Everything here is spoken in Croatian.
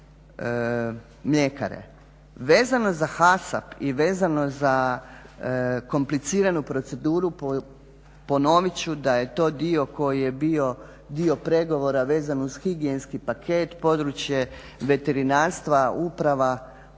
Vezano HASAP i vezano za kompliciranu proceduru ponovit ću da je to dio koji je bio dio pregovora vezan uz higijenski paket, područje veterinarstva, uprava poznata